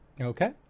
Okay